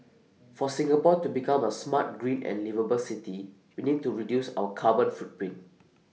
for Singapore to become A smart green and liveable city we need to reduce our carbon footprint